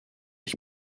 ich